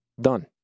Done